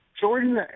Jordan